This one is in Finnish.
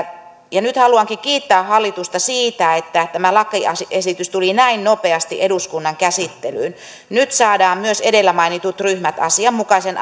nyt haluankin kiittää hallitusta siitä että tämä lakiesitys tuli näin nopeasti eduskunnan käsittelyyn nyt saadaan myös edellä mainitut ryhmät asianmukaisen